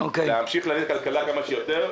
להמשיך להניע כלכלה כמה שיותר,